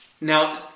Now